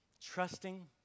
trusting